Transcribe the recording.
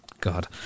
God